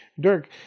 Dirk